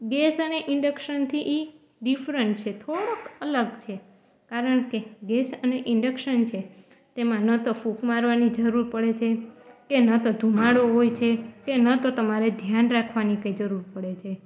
gas અને ઇન્ડેક્શનથી એ ડિફરન્ટ છે થોડુંક અલગ છે કારણ કે ગેસ અને ઇન્ડેક્શન છે તેમાં ન તો ફુંક મારવાની જરૂર પડે છે કે ન તો ધુમાડો હોય છે કે ન તો તમારે ધ્યાન રાખવાની કંઈ જરૂર પડે છે